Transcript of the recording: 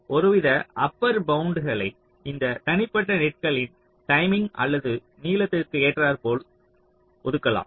ஒருவித அப்பர் பவுண்டிங்களை இந்த தனிப்பட்ட நெட்களின் டைமிங் அல்லது நீளத்துக்கு ஏற்றார்போல் ஒதுக்கலாம்